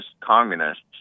communists